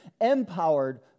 empowered